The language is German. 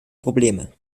probleme